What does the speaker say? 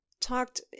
talked